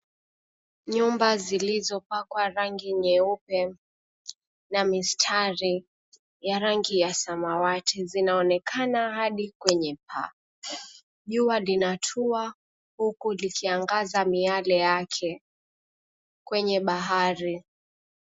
Nyumba zilizopakwa rangi nyeupe na mistari ya rangi ya samawati zinaonekana hadi kwenye paa. Jua linatua huku likiangaza miale yake kwenye bahari.